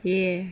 ya